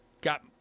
got